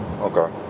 Okay